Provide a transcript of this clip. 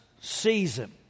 season